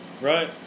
right